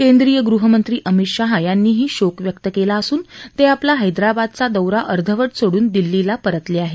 केंद्रीय गृहमंत्री अमित शाह यांनीही शोक व्यक्त केला असून ते आपला हैदराबादचा दौरा अर्धवट सोडून दिल्लीला परतले आहेत